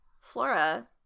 Flora